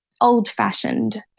old-fashioned